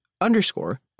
underscore